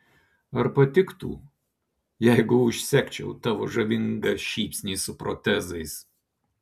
ar patiktų jeigu užsegčiau tavo žavingą šypsnį su protezais